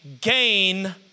gain